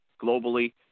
globally